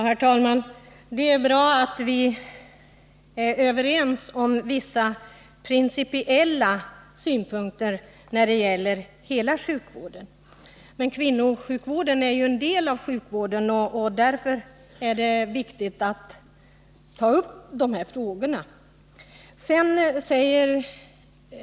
Herr talman! Det är bra att vi är överens om vissa principiella synpunkter när det gäller hela sjukvården. Men kvinnosjukvården är ju en del av sjukvården, och därför är det viktigt att ta upp de här frågorna.